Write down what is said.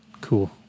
Cool